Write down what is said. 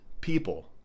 people